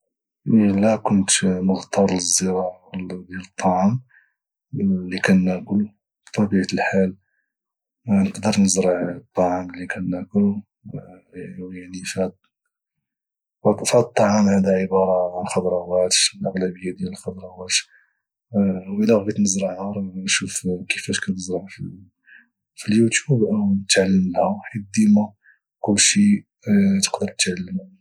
الى كنت مضطر للزراعة للطعام اللي كناكل بطبيعة الحال نقدر نزرع الطعام اللي كناكل او يعني فهاد الطعام هدا عبارة عن خضراوت الأغلبية ديال الخضراوات والى بغيت نزرعها راه غنشوف كفاش كتزرع في اليوتوب او نتعلم لها حيت ديما كلشي تقدر تعلملو